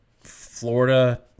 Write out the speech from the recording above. Florida